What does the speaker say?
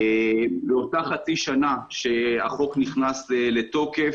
באותה חצי שנה שהחוק נכנס לתוקף